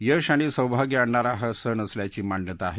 यश आणि सौभाग्य आणणारा हा सण असल्याची मान्यता आहे